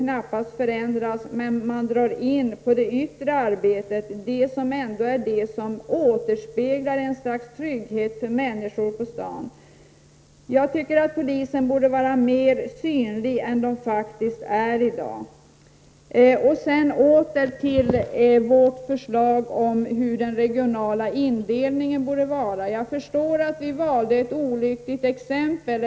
Däremot drar man in på det yttre arbetet, vilket ju är det som återspeglar ett slags trygghet för människor på stan. Jag tycker att polisen borde vara mer synlig än i dag. Jag återgår till vårt förslag om hur den regionala indelningen borde vara. Jag förstår att vi valde ett olyckligt exempel.